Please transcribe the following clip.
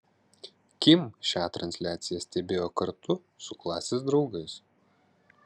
kim šią transliaciją stebėjo kartu su klasės draugais